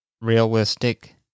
Realistic